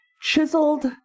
chiseled